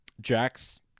Jax